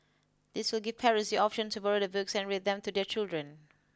this will give parents the option to borrow the books and read them to their children